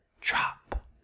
Drop